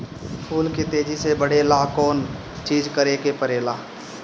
फूल के तेजी से बढ़े ला कौन चिज करे के परेला?